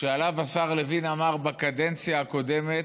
שעליו השר לוין אמר בקדנציה הקודמת: